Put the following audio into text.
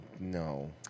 no